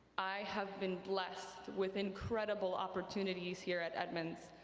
i have been blessed with incredible opportunities here at edmunds,